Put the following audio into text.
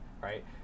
right